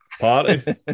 party